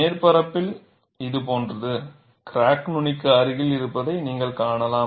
மேற்பரப்பில் இது போன்றது கிராக் நுனிக்கு அருகில் இருப்பதை நீங்கள் காணலாம்